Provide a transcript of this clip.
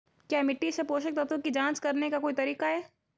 क्या मिट्टी से पोषक तत्व की जांच करने का कोई तरीका है?